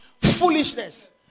foolishness